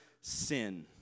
sin